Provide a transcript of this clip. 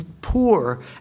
poor